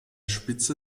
spitze